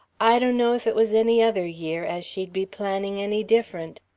i donno, if it was any other year, as she'd be planning any different.